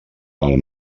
pel